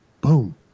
boom